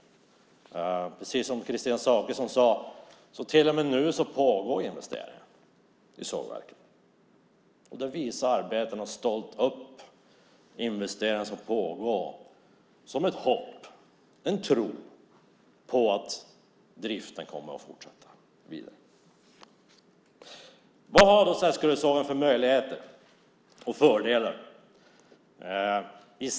Precis som Kristina Zakrisson sade pågår till och med nu investeringar i sågverket. Arbetarna visar stolt upp de investeringar som pågår, som ett hopp och en tro på att driften kommer att fortsätta. Vad har då Seskarösågen för möjligheter och fördelar?